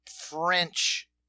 French